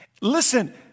Listen